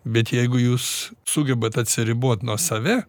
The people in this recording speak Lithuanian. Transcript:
bet jeigu jūs sugebat atsiriboti nuo save